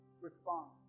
respond